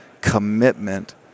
commitment